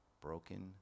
broken